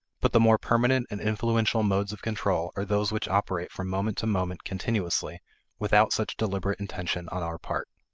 but the more permanent and influential modes of control are those which operate from moment to moment continuously without such deliberate intention on our part.